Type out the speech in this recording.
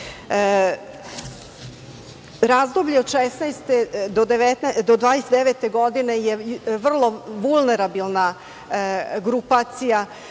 porodici. Razdoblje od 16. do 29. godine je vrlo vulerabilna grupacija.